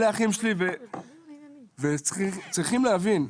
צריכים להבין,